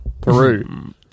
Peru